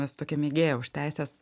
esu tokia mėgėja už teises